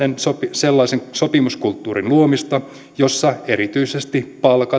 sellaisen sopimuskulttuurin luomista jossa erityisesti palkat ja työajat olisivat